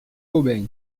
gobain